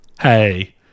Hey